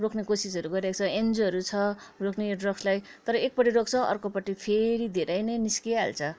रोक्ने कोसिसहरू गरिरहेको छ एनजिओहरू छ रोक्ने यो ड्रग्सलाई तर एकपट्टि रोक्छ अर्कोपट्टि फेरि धैरे नै निस्किहाल्छ